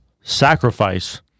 sacrifice